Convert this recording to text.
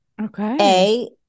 Okay